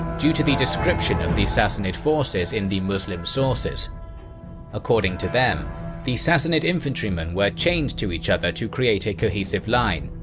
due to the description of the sassanid forces in the muslim sources according to them the sassanid infantrymen were chained to each other to create a cohesive line,